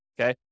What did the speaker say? okay